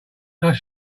does